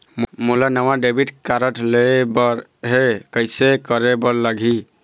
मोला नावा debit card लेबर हे, कइसे करे बर लगही?